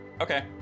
Okay